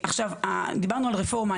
דיברנו על הרפורמה,